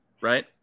right